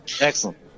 excellent